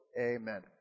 Amen